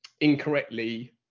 incorrectly